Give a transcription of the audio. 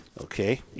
Okay